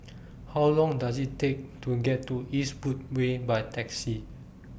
How Long Does IT Take to get to Eastwood Way By Taxi